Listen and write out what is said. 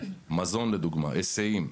רפואה, מזון, היסעים.